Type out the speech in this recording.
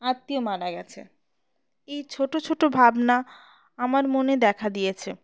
আত্মীয় মারা গেছে এই ছোট ছোট ভাবনা আমার মনে দেখা দিয়েছে